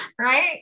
Right